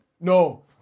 No